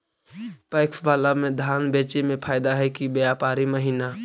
PACS बाला में धान बेचे मे फायदा है कि व्यापारी महिना?